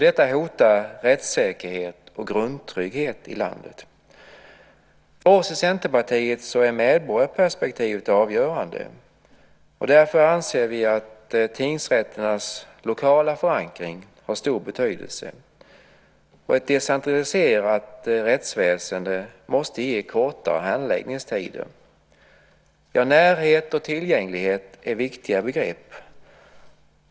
Detta hotar rättssäkerhet och grundtrygghet i landet. För oss i Centerpartiet är medborgarperspektivet avgörande. Därför anser vi att tingsrätternas lokala förankring har stor betydelse. Ett decentraliserat rättsväsende måste ge kortare handläggningstider. Närhet och tillgänglighet är viktiga begrepp.